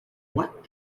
what